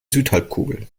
südhalbkugel